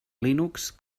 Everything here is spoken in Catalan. linux